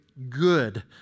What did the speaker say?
good